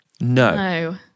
No